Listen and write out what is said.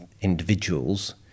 individuals